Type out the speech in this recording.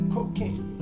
Cocaine